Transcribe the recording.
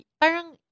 parang